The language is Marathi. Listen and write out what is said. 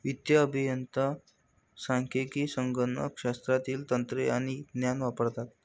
वित्तीय अभियंते सांख्यिकी, संगणक शास्त्रातील तंत्रे आणि ज्ञान वापरतात